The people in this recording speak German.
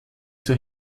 zur